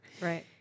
Right